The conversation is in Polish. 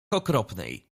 okropnej